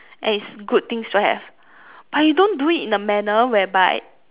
and is good things to have but you don't do it in a manner whereby